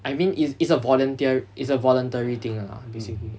I mean it's it's a volunteer it's a voluntary thing lah basically